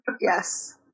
Yes